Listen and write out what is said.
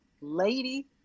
lady